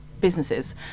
businesses